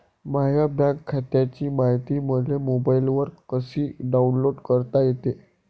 माह्या बँक खात्याची मायती मले मोबाईलवर कसी डाऊनलोड करता येते?